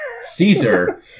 Caesar